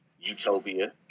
Utopia